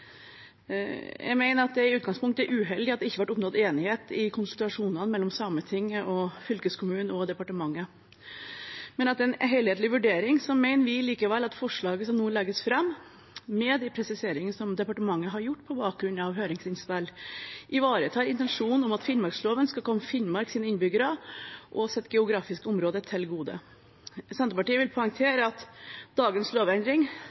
Jeg mener det i utgangspunktet er uheldig at det ikke ble oppnådd enighet i konsultasjonene mellom Sametinget, fylkeskommunen og departementet. Etter en helhetlig vurdering mener vi likevel at forslaget som nå legges fram, med de presiseringene som departementet har gjort på bakgrunn av høringsinnspill, ivaretar intensjonen om at Finnmarksloven skal komme Finnmarks innbyggere og geografiske område til gode. Senterpartiet vil poengtere at dagens lovendring